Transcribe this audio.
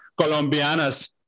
Colombianas